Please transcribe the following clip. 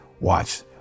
watch